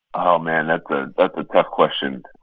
oh, man. that's ah that's a tough question.